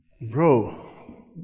bro